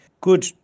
good